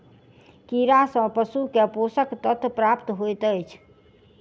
कीड़ा सँ पशु के पोषक तत्व प्राप्त होइत अछि